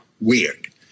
weird